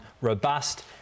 robust